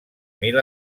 mil